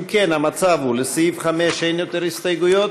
אם כן המצב הוא שלסעיף 5 אין יותר הסתייגויות,